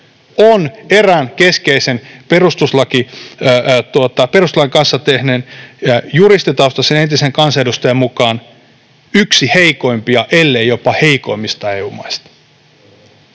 on erään keskeisen perustuslain kanssa työtä tehneen juristitaustaisen entisen kansanedustajan mukaan yksi heikoimpia, ellei jopa heikoin EU-maista.